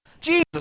Jesus